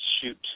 shoot